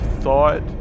thought